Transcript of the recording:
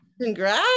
Congrats